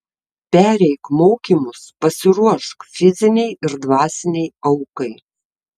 pereik mokymus pasiruošk fizinei ir dvasinei aukai